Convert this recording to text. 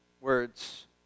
Words